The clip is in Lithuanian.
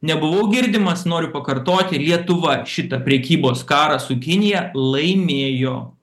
nebuvau girdimas noriu pakartoti lietuva šitą prekybos karą su kinija laimėjo